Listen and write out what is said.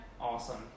awesome